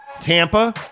Tampa